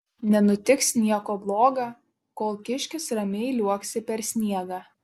nenutiks nieko bloga kol kiškis ramiai liuoksi per sniegą